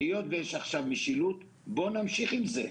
היות ויש עכשיו משילות, בואו נמשיך עם זה,